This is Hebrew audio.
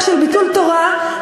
זה מבייש את הערך של ביטול תורה.